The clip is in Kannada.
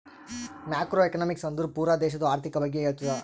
ಮ್ಯಾಕ್ರೋ ಎಕನಾಮಿಕ್ಸ್ ಅಂದುರ್ ಪೂರಾ ದೇಶದು ಆರ್ಥಿಕ್ ಬಗ್ಗೆ ಹೇಳ್ತುದ